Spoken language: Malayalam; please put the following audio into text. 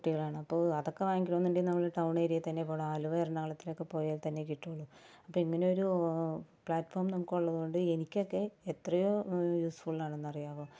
കുട്ടികളാണ് അപ്പോൾ അതക്കെ വാങ്ങിക്കണവെന്നുണ്ട് നമ്മൾ ടൗണ് ഏര്യേല് തന്നെ പോണം ആലുവ എറണാകുളത്തിലക്കെ പോയാത്തന്നേ കിട്ടൂള്ളു അപ്പം ഇങ്ങനൊരൂ പ്ലാറ്റ്ഫോം നമുക്കുള്ളത് കൊണ്ട് എനിക്കക്കെ എത്രയോ യൂസ്ഫുള്ളാണെന്നറിയാവൊ